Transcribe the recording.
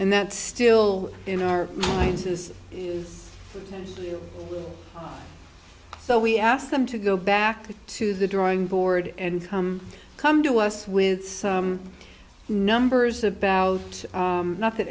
and that still in our minds is is so we asked them to go back to the drawing board and come come to us with some numbers about not that